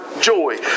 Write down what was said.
joy